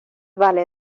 vale